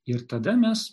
ir tada mes